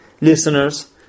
listeners